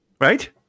Right